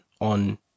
on